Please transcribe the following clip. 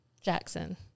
Jackson